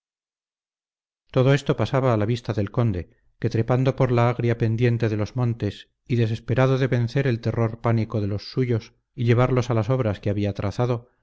todo esto pasaba a la vista del conde que trepando por la agria pendiente de los montes y desesperado de vencer el terror pánico de los suyos y llevarlos a las obras que había trazado